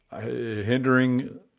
hindering